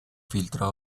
filtro